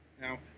Now